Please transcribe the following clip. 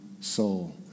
soul